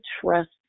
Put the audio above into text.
trust